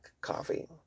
coffee